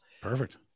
perfect